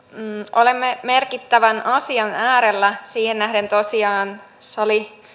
olemme merkittävän asian äärellä siihen nähden tosiaan sali